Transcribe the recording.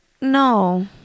no